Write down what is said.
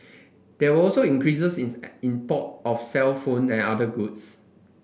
there were also increases in import of cellphone and other goods